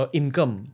income